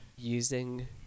using